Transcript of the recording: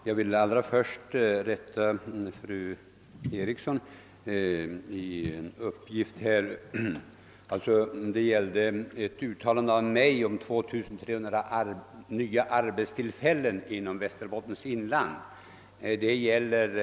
Herr talman! Fru Eriksson återgav ett uttalande av mig om att det måste skapas 2300 nya arbetstillfällen inom Västerbottens inland nu på en gång. Detta är ett missförstånd.